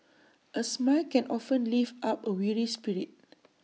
A smile can often lift up A weary spirit